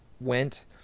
went